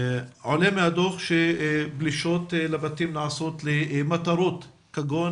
עולה מהדוח שפלישות לבתים נעשות למטרות כגון